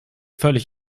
völlig